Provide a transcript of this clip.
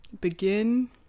begin